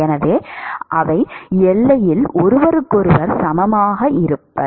எனவே அவர்கள் எல்லையில் ஒருவருக்கொருவர் சமமாக இருப்பார்கள்